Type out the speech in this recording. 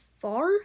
far